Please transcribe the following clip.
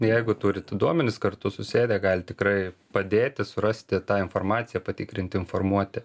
jeigu turite duomenis kartu susėdę galite tikrai padėti surasti tą informaciją patikrinti informuoti